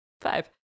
five